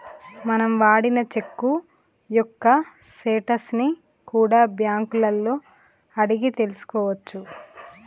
మనం వాడిన చెక్కు యొక్క స్టేటస్ ని కూడా బ్యేంకులలో అడిగి తెల్సుకోవచ్చు